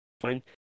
fine